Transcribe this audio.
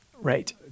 Right